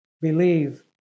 Believe